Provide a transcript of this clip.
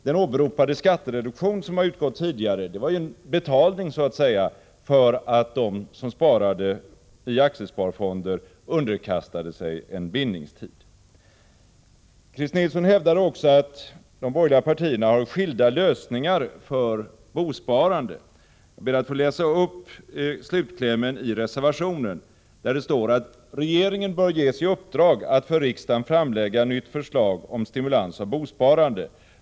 Den åberopade skattereduktion som har utgått tidigare var så att säga en betalning för att de som sparade i aktiesparfonder underkastade sig en bindningstid. Christer Nilsson hävdar också att de borgerliga partierna har skilda lösningar för bosparandet. Jag ber att få läsa upp slutklämmen i reservationen: ”Regeringen bör ges i uppdrag att för riksdagen framlägga ett nytt förslag om stimulans av bosparandet i enlighet med vad utskottet anfört.